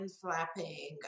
flapping